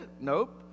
Nope